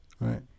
Right